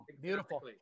beautiful